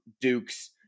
dukes